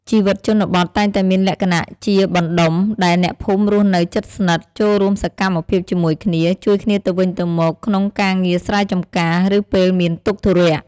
ជីវិតជនបទតែងតែមានលក្ខណៈជាបណ្ដុំ ដែលអ្នកភូមិរស់នៅជិតស្និទ្ធ ចូលរួមសកម្មភាពជាមួយគ្នា ជួយគ្នាទៅវិញទៅមកក្នុងការងារស្រែចម្ការ ឬពេលមានទុក្ខធុរៈ។